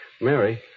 Mary